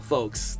Folks